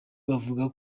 bavuga